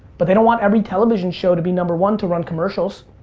but they don't want every television show to be number one, to run commercials.